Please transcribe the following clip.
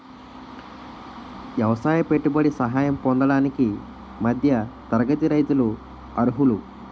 ఎవసాయ పెట్టుబడి సహాయం పొందడానికి మధ్య తరగతి రైతులు అర్హులు